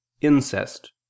incest